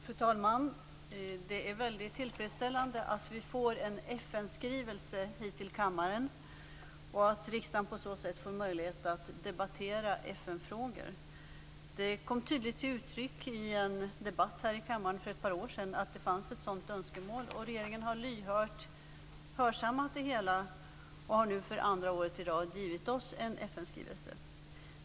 Fru talman! Det är väldigt tillfredsställande att vi får en FN-skrivelse hit till kammaren och att riksdagen på så sätt får möjlighet att debattera FN-frågor. Det kom tydligt till uttryck i en debatt här i kammaren för ett par år sedan att det fanns ett sådant önskemål. Regeringen har lyhört hörsammat detta och har nu för andra året i rad givit oss en FN-skrivelse.